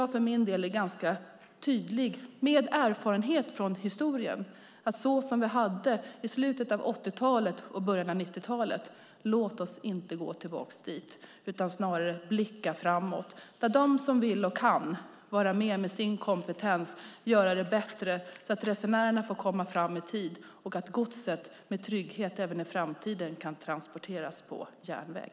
För min del är jag ganska tydlig och hänvisar till erfarenheten från historien. Låt oss inte gå tillbaka till det tillstånd som rådde i slutet av 80-talet och början av 90-talet! Låt oss snarare blicka framåt. Låt dem som vill och kan vara med med sin kompetens och göra det bättre, så att resenärerna får komma fram i tid och så att godset även i framtiden kan transporteras tryggt på järnväg.